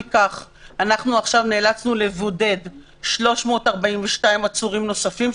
נאלצנו לבודד 342 עצורים נוספים,